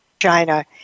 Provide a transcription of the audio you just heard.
china